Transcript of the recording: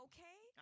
Okay